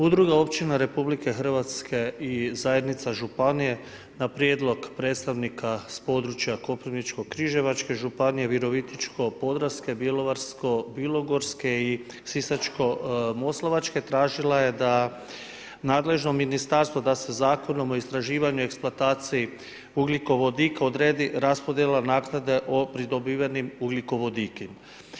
Udruga općina Republike Hrvatske i zajednica županije na prijedlog predstavnika s područja Koprivničko-križevačke županije, Virovitičko-podravske, Bjelovarsko bilogorske i Sisačko-moslavačke tražila je da nadležno ministarstvo da se Zakonom o istraživanju i eksploataciji ugljikovodika odredi raspodjela naknade o pridobivenom ugljikovodiku.